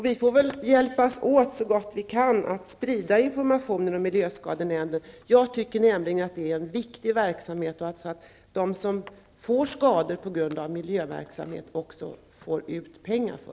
Vi får väl hjälpas åt så gott vi kan att sprida information om miljöskadenämnden. Jag anser nämligen att det rör sig om viktig verksamhet och att de som åsamkas skador på grund av miljöverksamhet också bör få ut pengar.